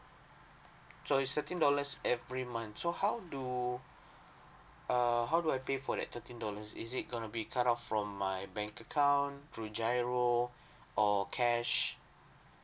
so it's thirteen dollars every month so how do err how do I pay for that thirteen dollars is it going to be cut off from my bank account through giro or cash